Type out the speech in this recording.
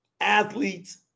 athletes